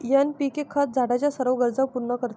NPK खत झाडाच्या सर्व गरजा पूर्ण करते